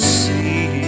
see